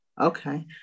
Okay